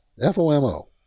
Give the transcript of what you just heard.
F-O-M-O